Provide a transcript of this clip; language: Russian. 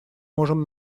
можем